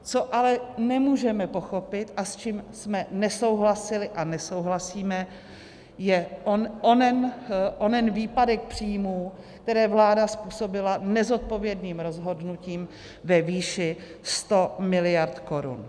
Co ale nemůžeme pochopit a s čím jsme nesouhlasili a nesouhlasíme, je onen výpadek příjmů, které vláda způsobila nezodpovědným rozhodnutím ve výši 100 miliard korun.